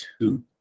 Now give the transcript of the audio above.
two